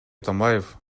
атамбаев